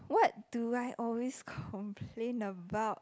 what do I always complain about